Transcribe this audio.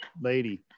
lady